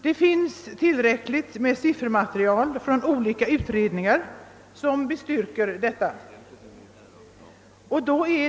Det finns tillräckligt med siffermaterial från olika utredningar som bestyrker detta.